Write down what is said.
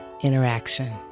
interaction